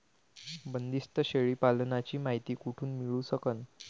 बंदीस्त शेळी पालनाची मायती कुठून मिळू सकन?